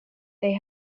they